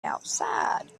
outside